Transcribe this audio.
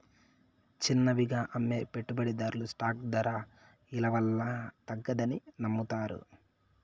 చిన్నవిగా అమ్మే పెట్టుబడిదార్లు స్టాక్ దర ఇలవల్ల తగ్గతాదని నమ్మతారు